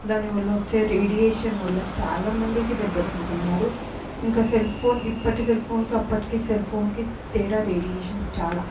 దాని వల్ల వచ్చే రేడియేషన్ వల్ల చాలామందికి దెబ్బతింటున్నారు ఇంకా సెల్ ఫోన్ ఇప్పటి సెల్ ఫోన్కి అప్పటికి సెల్ ఫోన్కి తేడా రేడియేషన్ చాలా